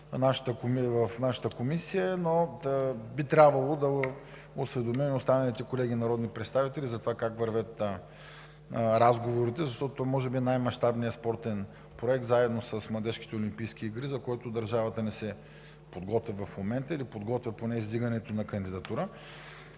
в нашата Комисия, но би трябвало да осведомим останалите колеги народни представители как вървят разговорите, защото може би това е най-мащабният спортен проект заедно с младежките олимпийски игри, за който държавата ни се подготвя в момента, или подготвя поне издигането на кандидатура.